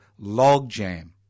logjam